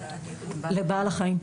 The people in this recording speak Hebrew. לבעל החיים.